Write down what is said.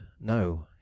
no